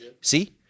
See